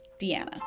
Deanna